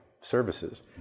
services